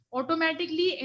Automatically